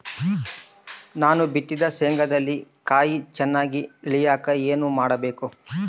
ನಾನು ಬಿತ್ತಿದ ಶೇಂಗಾದಲ್ಲಿ ಕಾಯಿ ಚನ್ನಾಗಿ ಇಳಿಯಕ ಏನು ಮಾಡಬೇಕು?